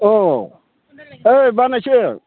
औ ओय बानायसो